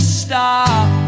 stop